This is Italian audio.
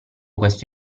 questo